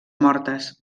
mortes